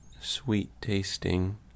sweet-tasting